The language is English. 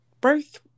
birth